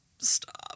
stop